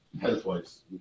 health-wise